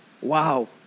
Wow